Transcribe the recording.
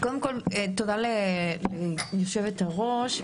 תודה ליושבת-הראש,